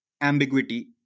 ambiguity